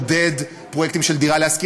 צריך לעודד פרויקטים של "דירה להשכיר".